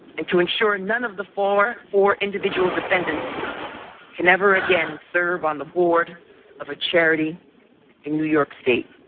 and to ensure none of the four four individual defendants can ever again serve on the board of a charity in new york state.